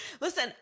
Listen